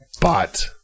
But-